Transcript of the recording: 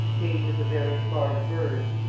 cages of various large birds,